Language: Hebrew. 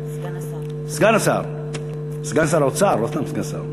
סגן שר האוצר, לא סתם סגן שר.